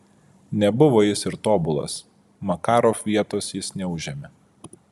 nebuvo jis ir tobulas makarov vietos jis neužėmė